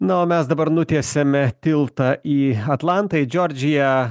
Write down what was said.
na o mes dabar nutiesiame tiltą į atlantą į džordžiją